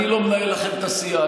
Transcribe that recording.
אני לא מנהל לכם את הסיעה,